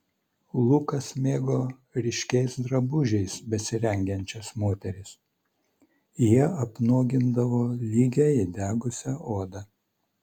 lukas mėgo ryškiais drabužiais besirengiančias moteris jie apnuogindavo lygią įdegusią odą